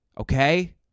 Okay